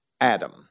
Adam